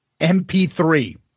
MP3